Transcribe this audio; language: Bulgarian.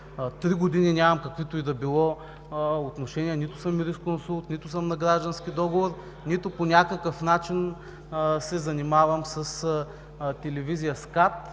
три години нямам каквито и да било отношения, нито съм юрисконсулт, нито съм на граждански договор, нито по някакъв начин се занимавам с телевизия СКАТ.